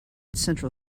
central